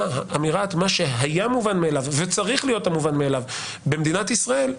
של מה שהיה מובן מאליו וצריך להיות המובן מאליו במדינת ישראל,